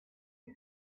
and